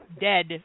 dead